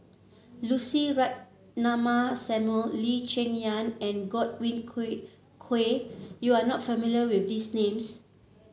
Lucy Ratnammah Samuel Lee Cheng Yan and Godwin Koay Koay you are not familiar with these names